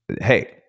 Hey